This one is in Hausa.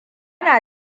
na